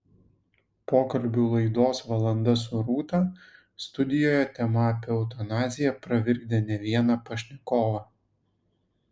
pokalbių laidos valanda su rūta studijoje tema apie eutanaziją pravirkdė ne vieną pašnekovą